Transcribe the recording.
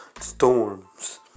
storms